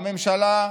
הממשלה,